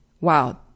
wow